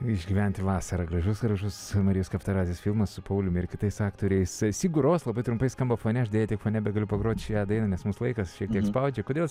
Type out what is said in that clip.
išgyventi vasarą gražus gražus marijos kaptaradzės filmas su pauliumi ir kitais aktoriais si gros labai trumpaiskamba fone deja tik fone begaliu pagroti šią dainą nes mūsų laikas šiek tiek spaudžia kodėl